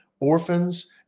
orphans